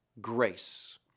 grace